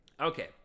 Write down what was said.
Okay